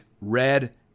red